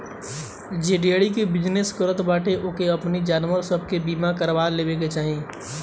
जे डेयरी के बिजनेस करत बाटे ओके अपनी जानवर सब के बीमा करवा लेवे के चाही